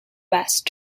west